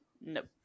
nope